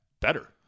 better